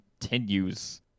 continues